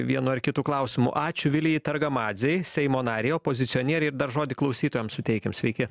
vienu ar kitu klausimu ačiū vilijai targamadzei seimo narei opozicionierei ir dar žodį klausytojam suteikim sveiki